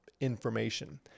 information